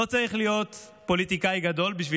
לא צריך להיות פוליטיקאי גדול בשביל